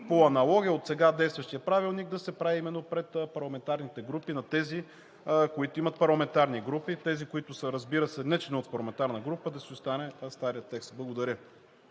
по аналогия от сега действащия правилник да се правят именно пред парламентарните групи на тези, които имат парламентарни групи, и за тези, които са, разбира се, нечленуващи в парламентарна група, да си остане старият текст. Благодаря.